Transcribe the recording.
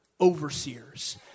overseers